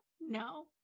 no